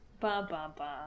Ba-ba-ba